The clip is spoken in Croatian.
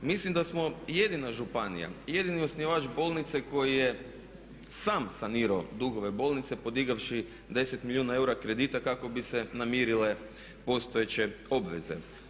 Mislim da smo jedina županija i jedini osnivač bolnice koji je sam sanirao dugove bolnice podigavši 10 milijuna eura kredita kako bi se namirile postojeće obveze.